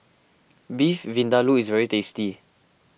Beef Vindaloo is very tasty